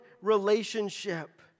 relationship